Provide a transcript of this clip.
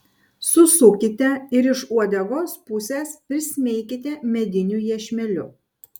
susukite ir iš uodegos pusės prismeikite mediniu iešmeliu